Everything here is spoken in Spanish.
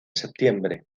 septiembre